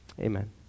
Amen